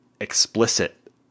explicit